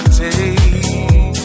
take